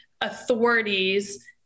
authorities